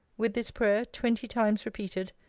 with this prayer, twenty times repeated,